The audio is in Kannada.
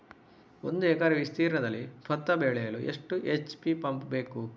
ಒಂದುಎಕರೆ ವಿಸ್ತೀರ್ಣದಲ್ಲಿ ಭತ್ತ ಬೆಳೆಯಲು ಎಷ್ಟು ಎಚ್.ಪಿ ಪಂಪ್ ಬೇಕು?